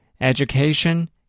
education